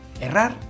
Errar